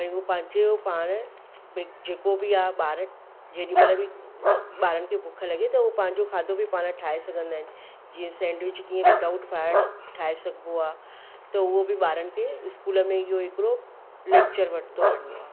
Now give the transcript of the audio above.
भाइ उहो पंहिंजो पाण भाई जेको बि आहे ॿार जेॾीमहिल बि ॿारनि खे भुख लॻे त उहे पंहिंजो खाधो बि पाण ठाहे सघंदा आहिनि जीअं सेंडविच कीअं विदाउट फायर ठाहे सघिबो आहे त उहो बि ॿारनि खे स्कूल में इहो हिकिड़ो लेक्चर वरितो वेंदो आहे